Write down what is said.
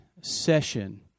session